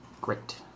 Great